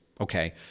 Okay